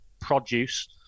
produce